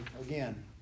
again